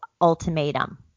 ultimatum